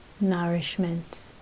nourishment